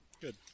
Good